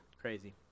Crazy